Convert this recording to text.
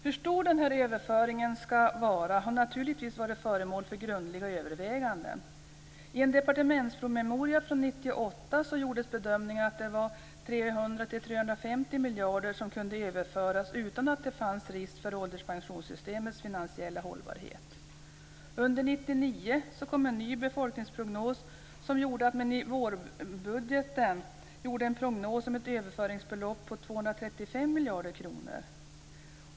Hur stor överföringen ska vara har naturligtvis varit föremål för grundliga överväganden. I en departementspromemoria från 1998 gjordes bedömningen att 300-350 miljarder kronor kunde överföras utan att det fanns risk för ålderspensionssystemets finansiella hållbarhet. Under 1999 kom en ny befolkningsbedömning som gjorde att man i vårbudgeten gjorde en prognos om ett överföringsbelopp på 235 miljarder kronor.